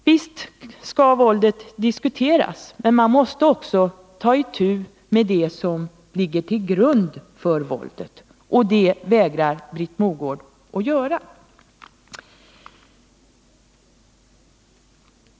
Visst skall våldet diskuteras, men man måste också ta itu med det som ligger till grund för våldet, och det vägrar Britt Mogård att göra.